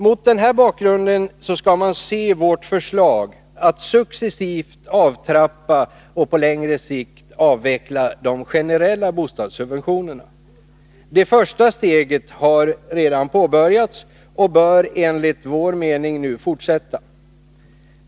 Mot denna bakgrund skall man se vårt förslag att successivt avtrappa och på längre sikt avveckla de generella bostadssubventionerna. Det första steget har redan påbörjats och bör enligt vår mening nu fortsätta.